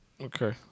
Okay